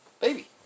Baby